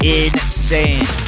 insane